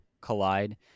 collide